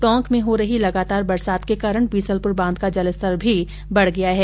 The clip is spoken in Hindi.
टोंक में हो रही लगातार बरसात के कारण बीसलपुर बांध का जलस्तर भी बढ़ा है